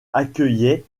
accueillait